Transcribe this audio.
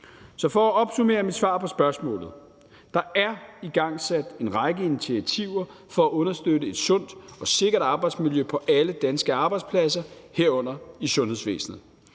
Så for at opsummere mit svar på spørgsmålet: Der er igangsat en række initiativer for at understøtte et sundt og sikkert arbejdsmiljø på alle danske arbejdspladser, herunder i sundhedsvæsenet.